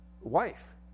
wife